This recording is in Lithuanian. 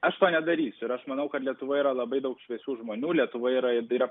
aš to nedarysiu ir aš manau kad lietuvoj yra labai daug šviesių žmonių lietuvoje yra